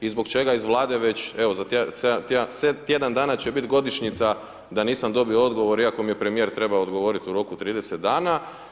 I zbog čega iz Vlade, već, evo za tjedan dana će biti godišnjica da nisam dobio odgovor, iako mi je premjer trebao odgovoriti u roku 30 dana.